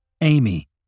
Amy